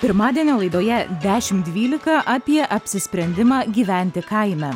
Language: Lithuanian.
pirmadienio laidoje dešim dvylika apie apsisprendimą gyventi kaime